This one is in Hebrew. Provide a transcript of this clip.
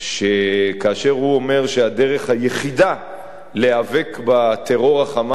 שכאשר הוא אומר שהדרך היחידה להיאבק בטרור ה"חמאסי"